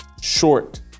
short